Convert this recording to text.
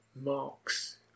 marks